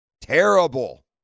Terrible